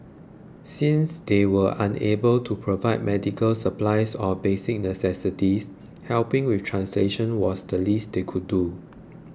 since they were unable to provide medical supplies or basic necessities helping with translations was the least they could do